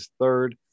third